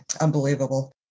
unbelievable